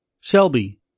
Shelby